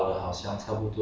oh